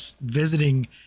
visiting